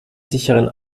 sicheren